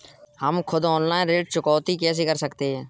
हम खुद ऑनलाइन ऋण चुकौती कैसे कर सकते हैं?